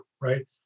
right